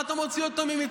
מה אתה מוציא אותו ממצרים?